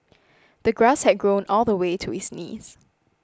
the grass had grown all the way to his knees